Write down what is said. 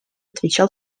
отвечал